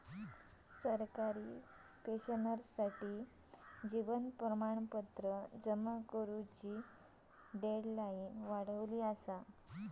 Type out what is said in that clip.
सरकारी पेंशनर्ससाठी जीवन प्रमाणपत्र जमा करुची डेडलाईन वाढवली असा